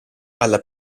alla